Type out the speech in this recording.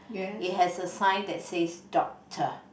it has a sign that says doctor